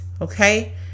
okay